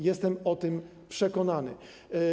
Jestem o tym przekonany.